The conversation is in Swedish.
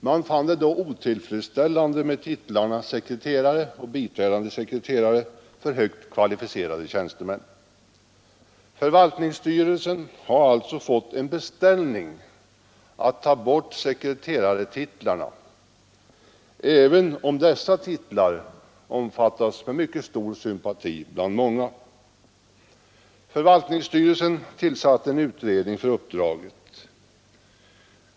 Man fann då titlarna sekreterare och biträdande sekreterare för högt kvalificerade tjänstemän otillfredsställande. Förvaltningsstyrelsen har alltså fått en beställning att avskaffa sekreterartitlarna, trots att dessa titlar av många omfattas med mycket stor sympati. Förvaltningsstyrelsen tillsatte en utredning för uppdraget.